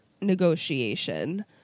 negotiation